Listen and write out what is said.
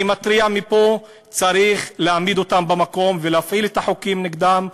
אני מתריע מפה: צריך להעמיד אותם במקום ולהפעיל את החוקים נגדם,